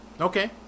Okay